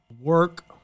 Work